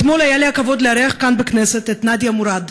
אתמול היה לי הכבוד לארח כאן בכנסת את נדיה מורד,